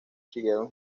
siguieron